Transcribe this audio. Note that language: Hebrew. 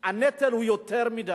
הנטל יותר מדי,